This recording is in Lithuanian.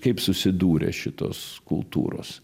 kaip susidūrė šitos kultūros